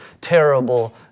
terrible